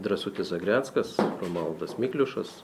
drąsutis zagreckas romualdas mikliušas